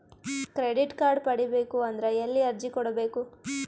Credit card ಪಡಿಬೇಕು ಅಂದ್ರ ಎಲ್ಲಿ ಅರ್ಜಿ ಕೊಡಬೇಕು?